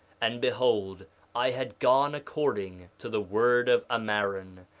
and behold i had gone according to the word of ammaron,